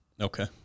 Okay